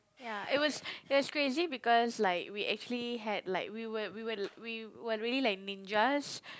ya it was it was crazy because like we actually had like we were we were we were really like ninjas